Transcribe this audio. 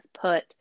put